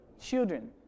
Children